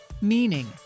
Meaning